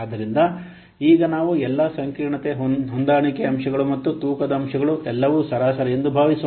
ಆದ್ದರಿಂದ ಈಗ ನಾವು ಎಲ್ಲಾ ಸಂಕೀರ್ಣತೆ ಹೊಂದಾಣಿಕೆ ಅಂಶಗಳು ಮತ್ತು ತೂಕದ ಅಂಶಗಳು ಎಲ್ಲವೂ ಸರಾಸರಿ ಎಂದು ಭಾವಿಸೋಣ